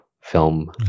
film